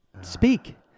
speak